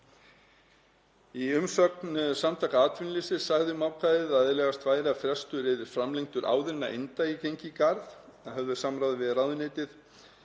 Í umsögn Samtaka atvinnulífsins sagði um ákvæðið að eðlilegast væri að fresturinn yrði framlengdur áður en eindagi gengi í garð. Að höfðu samráði við ráðuneytið